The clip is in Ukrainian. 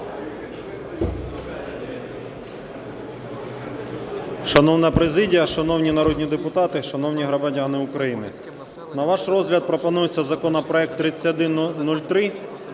Шановна президія, шановні народні депутати, шановні громадяни України! На ваш розгляд пропонується законопроект 3103.